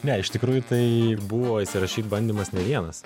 ne iš tikrųjų tai buvo įsirašyt bandymas ne vienas